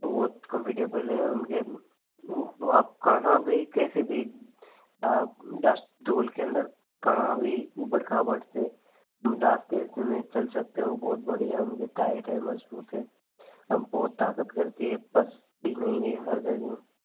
वो कमफिटेबल है उनके आप कहाँ भी कैसे भी आप के अंदर कहाँ भी ऊबड़ खाबड़ से इसमें चल सकते हो बहुत बढ़िया उनके टायर है मजबूत है सब बहुत ताकत करती है नही है हर जगह